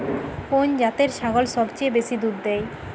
কোন জাতের ছাগল সবচেয়ে বেশি দুধ দেয়?